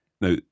Now